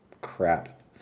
crap